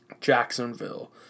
Jacksonville